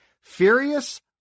Furious